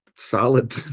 solid